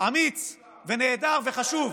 אמיץ ונהדר וחשוב.